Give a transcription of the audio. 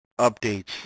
updates